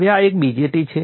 હવે આ એક BJT છે